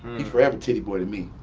he forever titty boy to me.